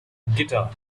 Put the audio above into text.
guitar